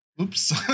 Oops